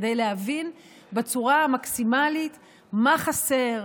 כדי להבין בצורה המקסימלית מה חסר,